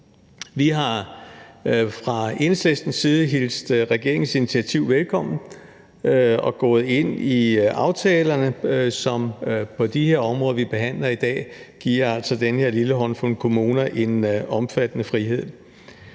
Vi har fra Enhedslistens side hilst regeringens initiativ velkommen og er gået ind i aftalerne, som på de her områder, vi behandler i dag, altså giver den her lille håndfuld kommuner en omfattende frihed.